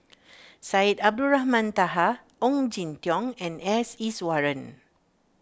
Syed Abdulrahman Taha Ong Jin Teong and S Iswaran